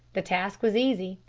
the task was easy.